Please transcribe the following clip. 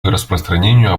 распространению